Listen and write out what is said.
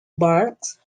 barks